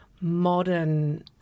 modern